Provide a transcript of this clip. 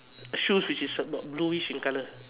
shoes which is about bluish in color